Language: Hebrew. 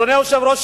אדוני היושב-ראש,